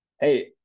hey